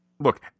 Look